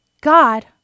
God